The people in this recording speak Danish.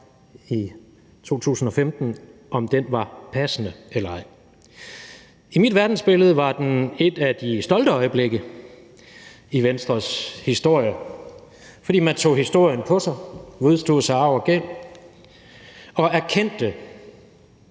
i 2015, var passende eller ej. I mit verdensbillede var den et af de stolte øjeblikke i Venstres historie, fordi man tog historien på sig og vedstod sig arv og gæld og erkendte,